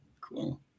Cool